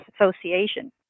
Association